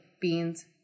beans